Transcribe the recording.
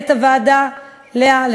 למנהלת הוועדה לאה,